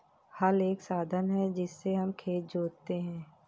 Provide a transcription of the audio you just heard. हल एक साधन है जिससे हम खेत जोतते है